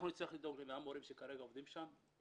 אנחנו נצטרך לדאוג ל-100 מורים שכרגע עובדים שם,